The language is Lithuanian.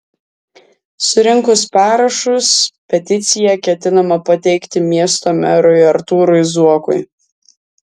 surinkus parašus peticiją ketinama pateikti miesto merui artūrui zuokui